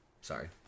sorry